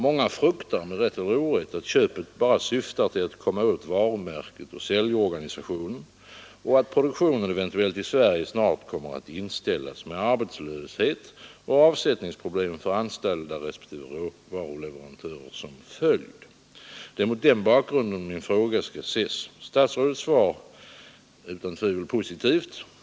Många fruktar — med rätt eller orätt — att köpet bara syftar till att komma åt varumärke och säljorganisation och att produktionen i Sverige snart kommer att inställas med arbetslöshet och avsättningsproblem för anställda respektive råvaruleverantörer som följd. Det är mot den bakgrunden min fråga skall ses. Statsrådets svar är utan tvivel positivt.